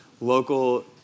local